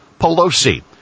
Pelosi